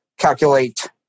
Calculate